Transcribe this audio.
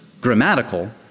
grammatical